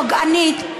פוגענית,